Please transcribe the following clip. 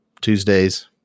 Tuesdays